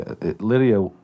Lydia